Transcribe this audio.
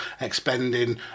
expending